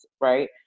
right